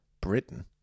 Britain